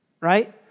Right